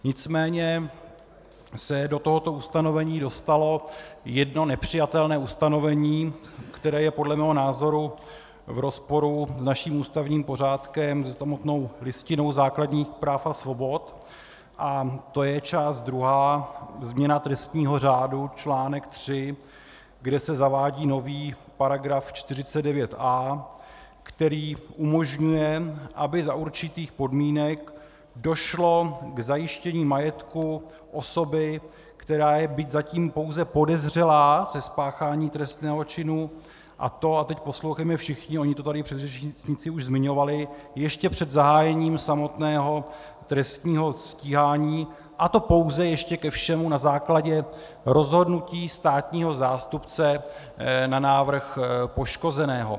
Nicméně se do tohoto ustanovení dostalo jedno nepřijatelné ustanovení, které je podle mého názoru v rozporu s naším ústavním pořádkem, se samotnou Listinou základních práv a svobod, a to je část druhá, změna trestního řádu, článek 3, kde se zavádí nový § 49a, který umožňuje, aby za určitých podmínek došlo k zajištění majetku osoby, která je byť zatím pouze podezřelá ze spáchání trestného činu, a to a teď poslouchejme všichni, oni to tady předřečníci už zmiňovali ještě před zahájením samotného trestního stíhání a to pouze ještě ke všemu na základě rozhodnutí státního zástupce na návrh poškozeného.